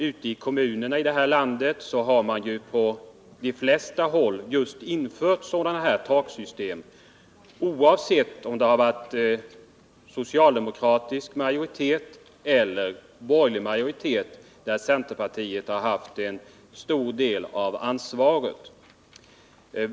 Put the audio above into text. Ute i kommunerna har man i de flesta fall infört nämnda taksystem, oavsett om där varit socialdemokratisk majoritet eller borgerlig majoritet där centerpartiet har haft en stor del av ansvaret.